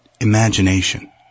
imagination